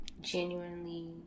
genuinely